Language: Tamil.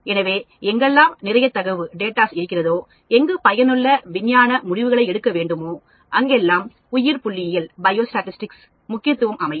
எனவே எங்கெல்லாம் நிறைய தரவு இருக்கிறதோ எங்கு பயனுள்ள விஞ்ஞான முடிவுகளை எடுக்க வேண்டுமோ அங்கெல்லாம்உயிர் புள்ளியியலின் முக்கியத்துவம் அமையும்